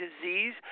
disease